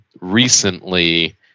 recently